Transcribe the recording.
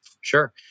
Sure